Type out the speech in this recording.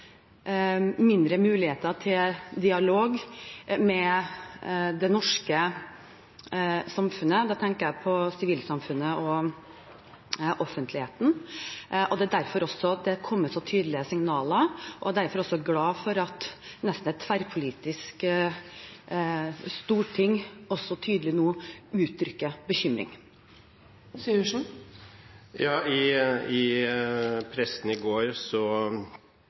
mindre muligheter til dialog med det norske samfunnet – da tenker jeg på sivilsamfunnet og offentligheten – og det er også derfor det er kommet så tydelige signaler. Derfor er jeg glad for at et nesten tverrpolitisk storting også nå tydelig uttrykker bekymring. I pressen, jeg tror det var i Dagbladet i dag eller i går,